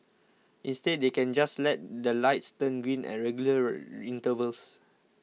instead they can just let the lights turn green at regular intervals